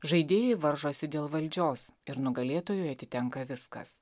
žaidėjai varžosi dėl valdžios ir nugalėtojui atitenka viskas